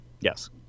Yes